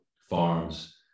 farms